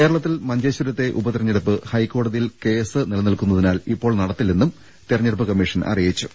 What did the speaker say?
കേരളത്തിൽ മഞ്ചേശ്വരത്തെ ഉപതെരഞ്ഞെടുപ്പ് ഹൈക്കോടതിയിൽ കേസ് നില നിൽക്കുന്നതിനാൽ ഇപ്പോൾ നടത്തില്ലെന്നും തെരഞ്ഞെടുപ്പ് കമ്മീ ഷൻ അറിയിച്ചു